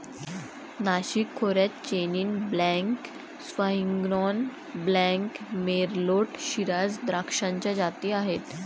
नाशिक खोऱ्यात chenin blanc, sauvignon blanc, merlot, shiraz द्राक्षाच्या जाती आहेत